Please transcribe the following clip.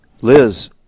Liz